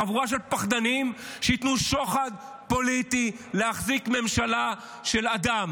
חבורה של פחדנים שייתנו שוחד פוליטי להחזיק ממשלה של אדם